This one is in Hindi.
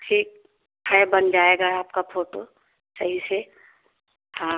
ठीक है बन जाएगा आपका फोटो सही से हाँ